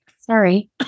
Sorry